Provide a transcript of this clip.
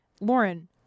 Lauren